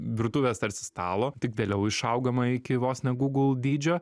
virtuvės tarsi stalo tik vėliau išaugama iki vos ne gūgl dydžio